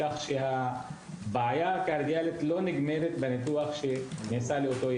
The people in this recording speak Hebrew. כך שהבעיה הקרדיאלית לא נגמרת בניתוח שנעשה להם.